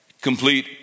complete